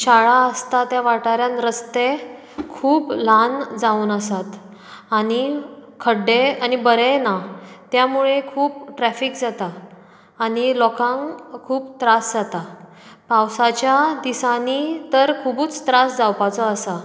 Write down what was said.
शाळा आसता त्या वाठारांत रस्ते खूब ल्हान जावन आसात आनी खड्डेंय आनी बरें ना त्यामुळें खूब ट्रेफीक जाता आनी लोकांक खूब त्रास जाता पावसाच्या दिसांनी तर खुबूच त्रास जावपाचो आसा